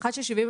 אחד של 75,000,